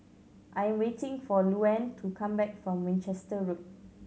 I am waiting for Louann to come back from Winchester Road